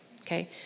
okay